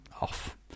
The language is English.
off